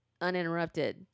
uninterrupted